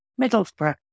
Middlesbrough